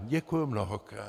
Děkuji mnohokrát.